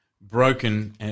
broken